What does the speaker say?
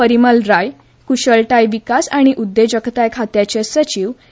परिमल राय कुशळताय विकास आनी उद्देजकताय खात्याचे सचिव श्री